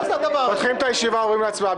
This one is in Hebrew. אנחנו פותחים את הישיבה ועוברים להצבעה.